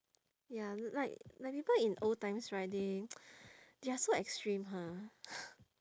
ya like like people in old times right they they are so extreme ha